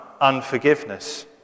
unforgiveness